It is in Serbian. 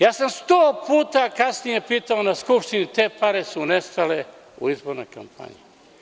Ja sam sto puta kasnije pitao na Skupštini, te pare su nestale u izbornoj kampanji.